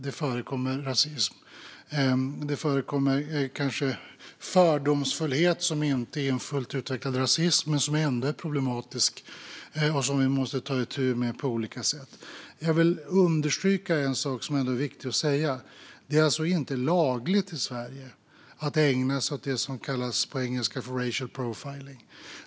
Det förekommer också fördomsfullhet som inte är fullt utvecklad rasism men som ändå är problematisk och som vi måste ta itu med på olika sätt. Jag vill understryka en sak som är viktig att säga: Det är inte lagligt i Sverige att ägna sig åt det som på engelska kallas racial profiling.